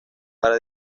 para